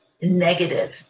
negative